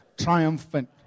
triumphant